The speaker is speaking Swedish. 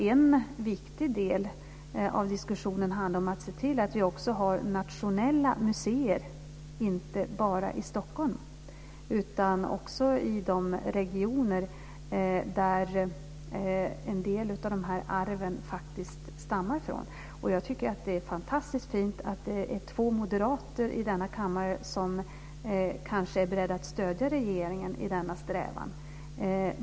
En viktig del av diskussionen handlar om att se till att vi har nationella museer inte bara i Stockholm utan också i de regioner där en del av arven stammar från. Jag tycker att det är fantastiskt fint att två moderater i denna kammare kanske är beredda att stödja regeringen i denna strävan.